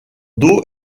dos